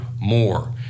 more